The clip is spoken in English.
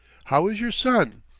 how is your son?